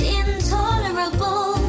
intolerable